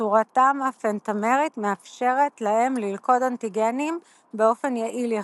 צורתם הפנטמרית מאפשרת להם ללכוד אנטיגנים באופן יעיל יחסית.